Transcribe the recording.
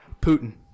Putin